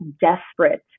desperate